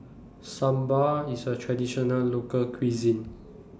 Sambar IS A Traditional Local Cuisine